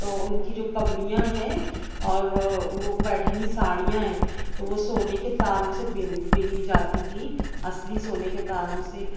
تو ان کی جو پگڑیاں ہیں اور وہ پیٹھنی ساڑیاں ہیں تو وہ سونے کے تاروں سے بن بنی جاتی تھیں اصلی سونے کے تاروں سے